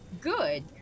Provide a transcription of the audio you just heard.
good